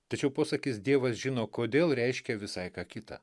tačiau posakis dievas žino kodėl reiškia visai ką kitą